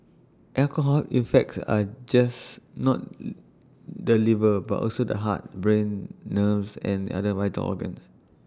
alcohol affects are just not the liver but also the heart brain nerves and other vital organs